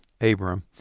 Abram